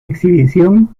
exhibición